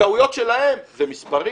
שטעויות שלהם זה מספרים,